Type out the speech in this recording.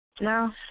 No